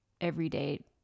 everyday